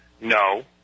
no